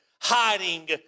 hiding